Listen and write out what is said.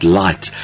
light